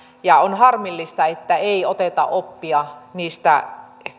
on harmillista että ei oteta oppia niistä